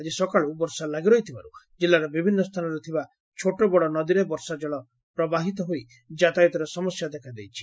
ଆକି ସକାଳ୍ ବର୍ଷା ଲାଗିରହିଥିବାରୁ କିଲ୍ଲର ବିଭିନ୍ନ ସ୍ଚାନରେ ଥିବା ଛୋଟବଡ଼ ନଦୀରେ ବର୍ଷା ଜଳ ପ୍ରବାହିତ ହୋଇ ଯାତାୟତରେ ସମସ୍ୟା ଦେଖାଦେଇଛି